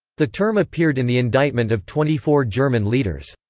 the term appeared in the indictment of twenty four german leaders.